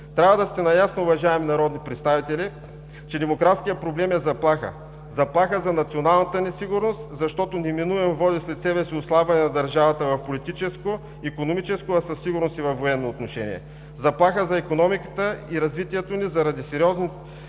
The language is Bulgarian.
Трябва да сте наясно, уважаеми народни представители, че демографският проблем е заплаха. Заплаха е за националната ни сигурност, защото неминуемо води след себе си отслабване на държавата в политическо, икономическо, а със сигурност и във военно отношение. Заплаха за икономиката и развитието ни, заради сериозните